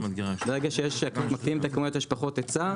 ברגע שמקטינים את הכמויות יש פחות היצע,